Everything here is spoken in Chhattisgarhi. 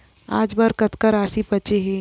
आज बर कतका राशि बचे हे?